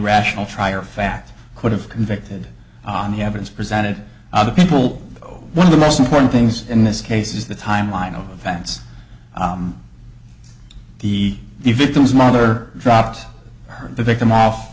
rational trier of fact could have convicted on the evidence presented other people oh one of the most important things in this case is the timeline of events the the victim's mother dropped her victim off